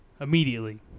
immediately